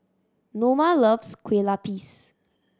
Noma loves Kueh Lapis